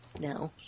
No